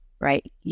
right